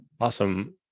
Awesome